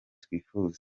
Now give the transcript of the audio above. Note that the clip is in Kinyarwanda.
twifuza